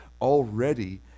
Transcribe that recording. Already